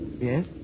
Yes